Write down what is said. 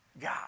God